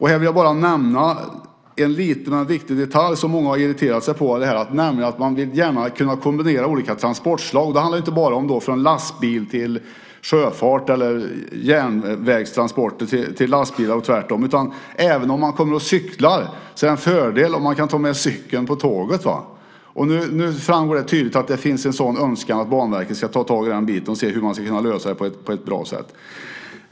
Här vill jag bara nämna en liten men viktig detalj som många har irriterat sig på. Det är att man gärna vill kunna kombinera olika transportslag. Det handlar då inte bara om att gå från lastbil till sjöfart eller från järnvägstransporter till lastbil och tvärtom. Även om man kommer cyklande är det en fördel om man kan ta med cykeln på tåget. Nu framgår det tydligt att det finns en önskan om att Banverket ska ta tag i den biten och undersöka hur man ska kunna lösa det på ett bra sätt.